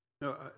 No